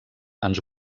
ens